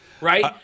right